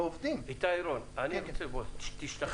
איתי רון, אני רוצה שתשתחרר.